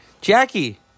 Jackie